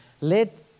Let